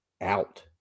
out